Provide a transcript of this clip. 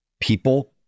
people